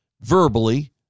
verbally